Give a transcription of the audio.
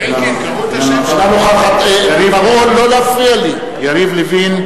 אינה נוכחת יריב לוין,